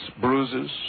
bruises